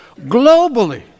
globally